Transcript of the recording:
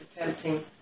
attempting